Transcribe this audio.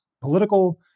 political